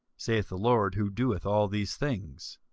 saith the lord, who doeth all these things.